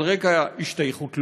על רקע השתייכות לאומית,